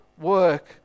work